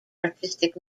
artistic